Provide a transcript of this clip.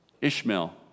Ishmael